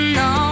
no